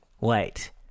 Wait